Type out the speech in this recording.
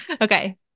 Okay